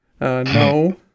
No